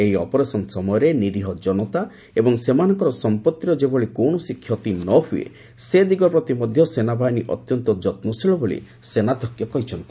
ଏହି ଅପରେସନ ସମୟରେ ନିରିହ ଜନତା ଏବଂ ସେମାନଙ୍କର ସମ୍ପଭିର ଯେଭଳି କୌଣସି କ୍ଷତି ନହୁଏ ସେ ଦିଗପ୍ରତି ମଧ୍ୟ ସେନାବାହିନୀ ଅତ୍ୟନ୍ତ ଯତ୍ନଶୀଳ ବୋଲି ସେନାଧ୍ୟକ୍ଷ କହିଛନ୍ତି